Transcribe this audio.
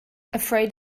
afraid